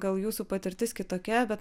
gal jūsų patirtis kitokia bet